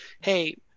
hey